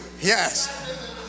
yes